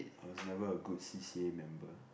I was never a good C_C_A member